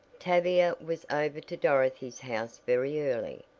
tavia was over to dorothy's house very early.